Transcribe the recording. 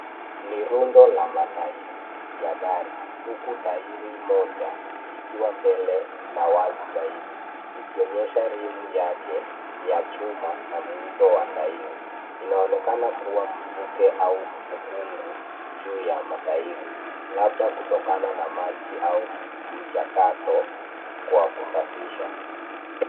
Ni rundo la matairi ya gari, huku tairi moja likiwa mbele na wazi zaidi likionyesha rimu yake ya chuma na muundo wa tairi, inaonekana kuwa mvuke au ukungu juu ya matairi labda kutokana na maji au mchakato kwa kusafisha.